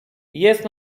jest